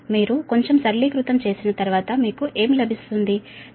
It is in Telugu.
మీరు కొంచెం సరళీకృతం చేసిన తరువాత మీకు ఏమి లభిస్తుంది 4